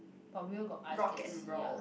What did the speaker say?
but whale got eyes can see ah